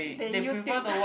the YouTube